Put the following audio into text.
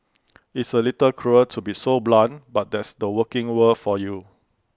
it's A little cruel to be so blunt but that's the working world for you